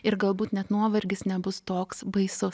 ir galbūt net nuovargis nebus toks baisus